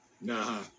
nah